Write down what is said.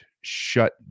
shut